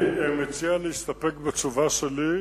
אני מציע להסתפק בתשובה שלי,